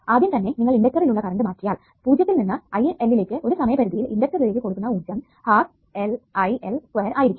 ആദ്യം തന്നെ നിങ്ങൾ ഇണ്ടക്ടറിൽ ഉള്ള കറണ്ട് മാറ്റിയാൽ 0 യിൽ നിന്ന് IL ലേക്ക് ഒരു സമയപരിധിയിൽ ഇണ്ടക്ടറിലേക്ക് കൊടുക്കുന്ന ഊർജ്ജം 12LIL2 ആയിരിക്കും